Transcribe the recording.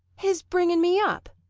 his bringing me up!